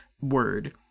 word